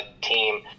team